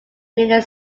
meaning